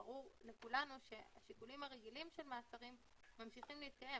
ברור לכולנו שהשיקולים הרגילים של מעצרים ממשיכים להתקיים